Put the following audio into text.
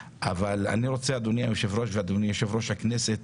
אדוני היושב-ראש, אדוני יושב-ראש הכנסת,